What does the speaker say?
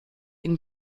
ihn